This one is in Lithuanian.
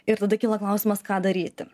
ir tada kyla klausimas ką daryti